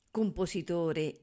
compositore